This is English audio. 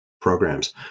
programs